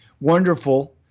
wonderful